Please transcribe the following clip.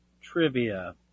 Trivia